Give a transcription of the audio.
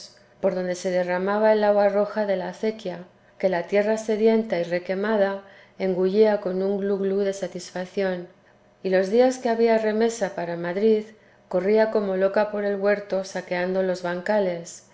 por donde se derramaba el agua roja de la acequia que la tierra sedienta y requemada engullía con un glu glu de satisfacción y los días que había remesa para madrid corría como loca por el huerto saqueando los bancales